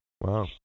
Wow